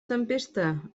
tempesta